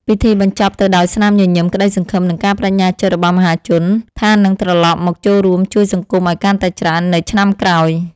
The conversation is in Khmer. ពិធីបញ្ចប់ទៅដោយស្នាមញញឹម ក្ដីសង្ឃឹម និងការប្តេជ្ញាចិត្តរបស់មហាជនថានឹងត្រលប់មកចូលរួមជួយសង្គមឱ្យកាន់តែច្រើននៅឆ្នាំក្រោយ។